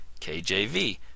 KJV